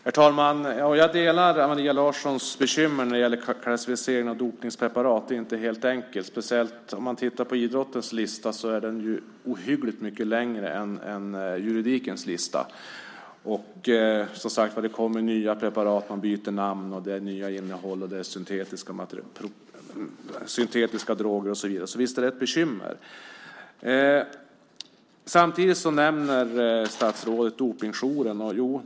Herr talman! Jag instämmer i Maria Larssons bekymmer när det gäller klassificering av dopningspreparat. Det är inte helt enkelt. Speciellt idrottens lista är ohyggligt mycket längre än juridikens lista. Det kommer nya preparat, de byter namn och innehåll, det är syntetiska droger och så vidare. Visst är det ett bekymmer. Samtidigt nämner statsrådet Dopingjouren.